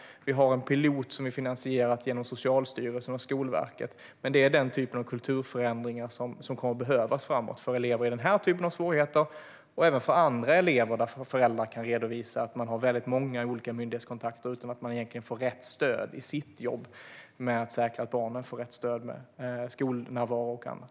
Vi har en pilot som vi finansierat genom Socialstyrelsen och Skolverket. Det är denna typ av kulturförändringar som kommer att behövas framåt för elever med denna typ av svårigheter och även för andra elever, vars föräldrar kan redovisa att de har väldigt många myndighetskontakter utan att egentligen få rätt stöd i sitt jobb med att säkra att barnen får rätt stöd när det gäller skolnärvaro och annat.